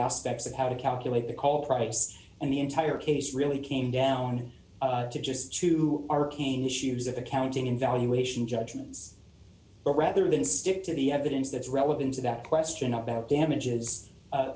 aspects of how to calculate the call price and the entire case really came down to just two arcane issues of accounting in valuation judgments but rather than stick to the evidence that's relevant to that question about damages